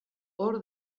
hor